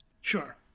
Sure